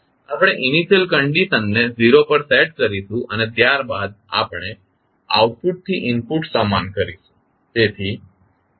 આપણે ઇનિશિયલ કંડિશનને 0 પર સેટ કરીશું અને ત્યારબાદ આપણે આઉટપુટ થી ઇનપુટ સમાન કરીશું